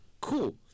Cool